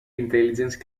intelligence